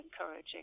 encouraging